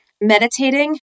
meditating